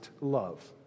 love